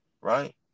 right